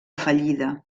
fallida